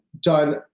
done